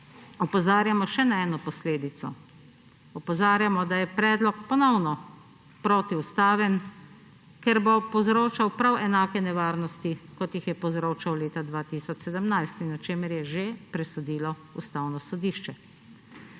opozarjamo še na eno posledico. Opozarjamo, da je predlog ponovno protiustaven, ker bo povzročal prav enake nevarnosti, kot jih je povzroča leta 2017, in o čemer je že presodilo Ustavno sodišče.